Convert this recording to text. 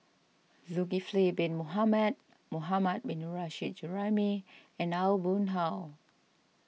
Zulkifli Bin Mohamed Mohammad Nurrasyid Juraimi and Aw Boon Haw